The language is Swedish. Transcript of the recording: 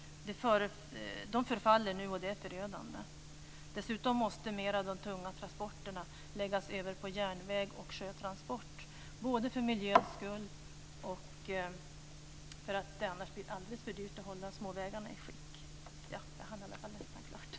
De förfaller nu, och det är förödande. Dessutom måste mer av de tunga transporterna läggas över på järnväg och sjötransport, både för miljöns skull och för att det annars blir alldeles för dyrt att hålla småvägarna i skick.